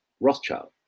rothschild